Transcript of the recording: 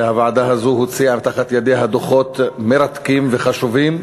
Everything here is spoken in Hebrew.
והוועדה הזאת הוציאה תחת ידיה דוחות מרתקים וחשובים.